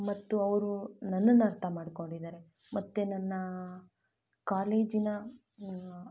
ಮತ್ತು ಅವರು ನನ್ನನ್ನು ಅರ್ಥ ಮಾಡ್ಕೊಂಡಿದ್ದಾರೆ ಮತ್ತು ನನ್ನ ಕಾಲೇಜಿನ